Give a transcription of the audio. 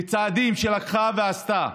וצעדים שלקחה ועשתה: